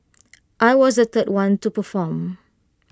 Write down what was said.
I was the third one to perform